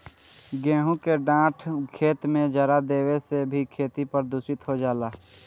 गेंहू के डाँठ खेत में जरा देवे से भी खेती प्रदूषित हो जाला